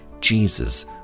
Jesus